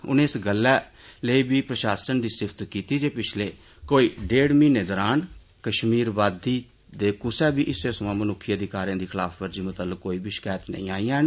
उनें इस गल्लै लेई बी प्रशासन दी सिफ्त कीती जे पिच्छले कोई डेढ़ म्हीने दौरान कश्मीर घाटी दे कुसा बी हिस्से थमां मनुक्खी अधिकारें दी खलाफवर्जी मतल्लक कोई बी शकैतां नेईं आईयां न